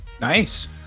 Nice